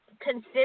Consider